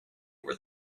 where